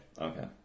okay